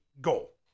goal